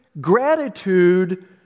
gratitude